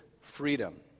freedom